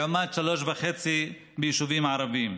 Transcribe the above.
לעומת 3.5% ביישובים הערביים.